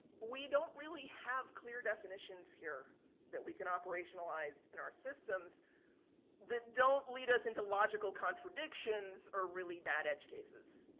we don't really have clear definitions here that we can operationalize in our systems that don't lead us into logical contradictions or really bad edge cases.